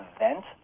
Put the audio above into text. event